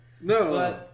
No